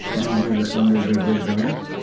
do you hear the thunder of their big guns?